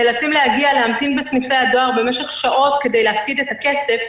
נאלצים להגיע ולהמתין בסניפי הדואר במשך שעות כדי להפקיד את הכסף.